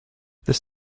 this